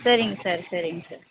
சரிங்க சார் சரிங்க சார்